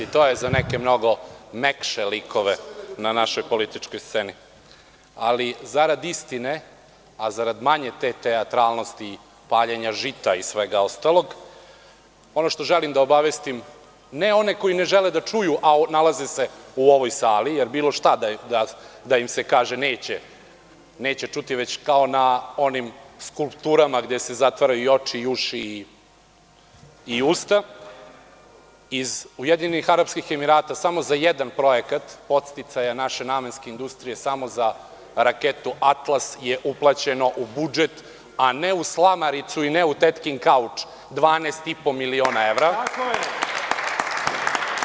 To je za neke mnogo mekše likove na našoj političkoj sceni, ali zarad istine, a zarad manje teatralnosti, paljenja žita i svega ostalog, ono što želim da obavestim ne one koji žele da čuju, a nalaze se u ovoj sali, jer bilo šta da im se kaže neće čuti, već kao na onim skulpturama gde se zatvaraju usta, oči i uši, iz Ujedinjenih Arapskih Emirata samo za jedan projekat podsticaja naše namenske industrije, samo za raketu „Atlas“ je uplaćeno u budžet a ne u slamaricu i ne u tetkin kauč 12,5 miliona evra.